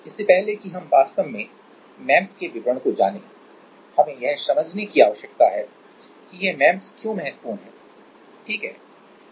इससे पहले कि हम वास्तव में एमईएमएस के विवरण को जाने हमें यह समझने की आवश्यकता है कि यह एमईएमएस क्यों महत्वपूर्ण हैं ठीक है